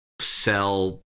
sell